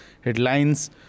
headlines